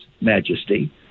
Majesty